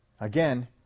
Again